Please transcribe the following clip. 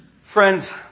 Friends